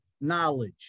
knowledge